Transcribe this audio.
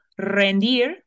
rendir